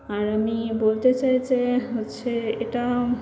আর আমি বলতে চাই যে হচ্ছে এটা